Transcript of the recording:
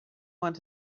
want